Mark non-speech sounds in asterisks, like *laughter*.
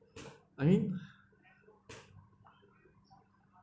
I mean *breath*